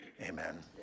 amen